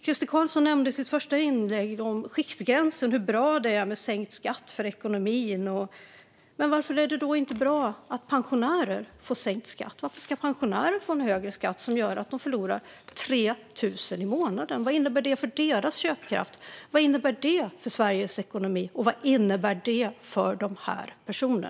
Crister Carlsson talade i sitt första inlägg om skiktgränsen och hur bra det är för ekonomin med sänkt skatt. Men varför är det då inte bra att pensionärer får sänkt skatt? Varför ska pensionärer få en högre skatt som gör att de förlorar 3 000 i månaden? Vad innebär det för deras köpkraft, vad innebär det för Sveriges ekonomi och vad innebär det för dessa personer?